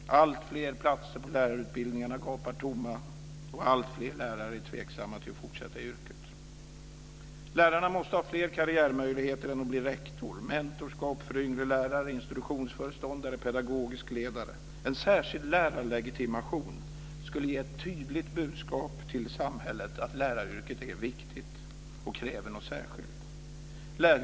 Alltfler platser på lärarutbildningarna gapar tomma, och alltfler lärare är tveksamma till att fortsätta i yrket. Lärarna måste ha flera karriärmöjligheter än att bli rektor, t.ex. mentorskap för yngre lärare, institutionsföreståndare eller pedagogisk ledare. En särskild lärarlegitimation skulle ge ett tydligt budskap till samhället att läraryrket är viktigt och kräver något särskilt.